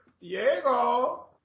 Diego